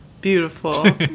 Beautiful